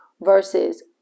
versus